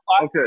Okay